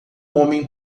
homem